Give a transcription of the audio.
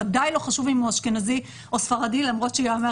ודאי לא חשוב אם הוא אשכנזי או ספרדי למרות שייאמר